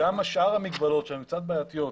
ולא רק בתחום הזה אלא גם בתחומים אחרים,